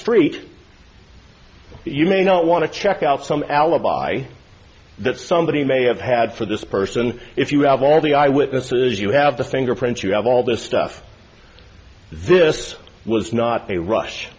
street you may not want to check out some alibi that somebody may have had for this person if you have all the eye witnesses you have the fingerprints you have all this stuff this was not a rush